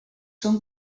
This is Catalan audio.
són